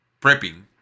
prepping